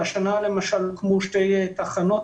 השנה למשל, הוקמו שתי תחנות.